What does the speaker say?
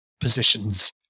positions